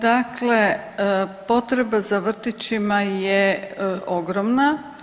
Dakle, potreba za vrtićima je ogromna.